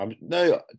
No